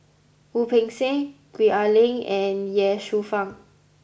Wu Peng Seng Gwee Ah Leng and Ye Shufang